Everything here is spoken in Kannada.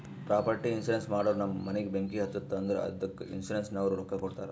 ಪ್ರಾಪರ್ಟಿ ಇನ್ಸೂರೆನ್ಸ್ ಮಾಡೂರ್ ನಮ್ ಮನಿಗ ಬೆಂಕಿ ಹತ್ತುತ್ತ್ ಅಂದುರ್ ಅದ್ದುಕ ಇನ್ಸೂರೆನ್ಸನವ್ರು ರೊಕ್ಕಾ ಕೊಡ್ತಾರ್